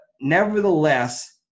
nevertheless